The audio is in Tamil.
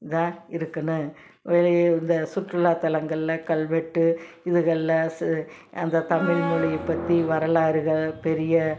இதாக இருக்கணும் வெளியே இந்த சுற்றுலா தலங்களில் கல்வெட்டு இதுகளில் சு அந்த தமிழ்மொழி பற்றி வரலாறுகள் பெரிய